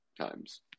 times